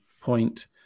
point